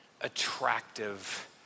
attractive